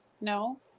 No